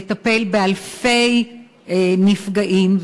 לטפל באלפי נפגעים,